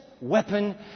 weapon